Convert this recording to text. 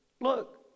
look